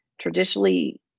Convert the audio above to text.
traditionally